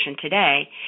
today